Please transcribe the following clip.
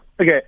Okay